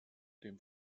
dem